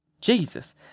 Jesus